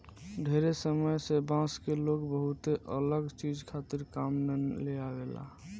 ढेरे समय से बांस के लोग बहुते अलग चीज खातिर काम में लेआवेला